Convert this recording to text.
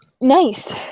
Nice